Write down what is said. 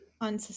on